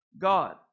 God